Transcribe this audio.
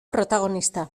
protagonista